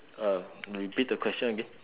uh repeat the question again